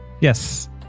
Yes